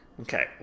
okay